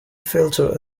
filter